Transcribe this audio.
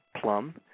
plum